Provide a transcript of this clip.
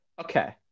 Okay